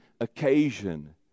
occasion